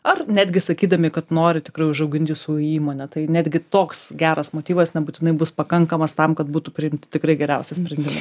ar netgi sakydami kad nori tikrai užaugint jūsų įmonę tai netgi toks geras motyvas nebūtinai bus pakankamas tam kad būtų priimti tikrai geriausi sprendimai